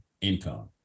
income